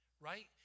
right